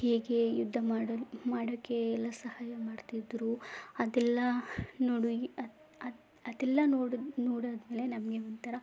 ಹೇಗೆ ಯುದ್ಧ ಮಾಡಲು ಮಾಡೋಕ್ಕೆ ಎಲ್ಲ ಸಹಾಯ ಮಾಡ್ತಿದ್ದರು ಅದೆಲ್ಲ ನೋಡಿ ಅದು ಅದು ಅದೆಲ್ಲ ನೋಡಿ ನೋಡಾದ್ಮೇಲೆ ನಮಗೆ ಒಂಥರ